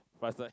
front side